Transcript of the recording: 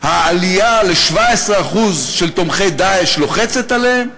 העלייה ל-17% של תומכי "דאעש" לוחצת עליהם.